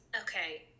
Okay